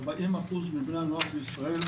40 אחוז מבני הנוער בישראל,